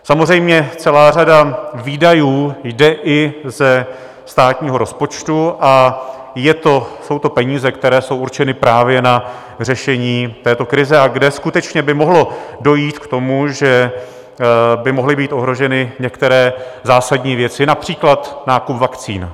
Samozřejmě, celá řada výdajů jde i ze státního rozpočtu a jsou to peníze, které jsou určeny právě na řešení této krize a kde skutečně by mohlo dojít k tomu, že by mohly být ohroženy některé zásadní věci například nákup vakcín.